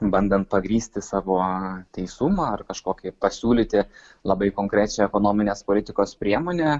bandant pagrįsti savo teisumą ar kažkokį pasiūlyti labai konkrečią ekonominės politikos priemonę